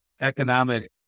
economic